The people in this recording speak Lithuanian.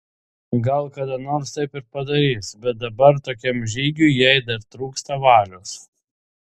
gal kada nors taip ir padarys bet dabar tokiam žygiui jai dar trūksta valios